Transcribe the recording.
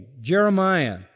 Jeremiah